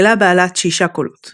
מקהלה בעלת שישה קולות